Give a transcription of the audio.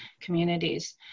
communities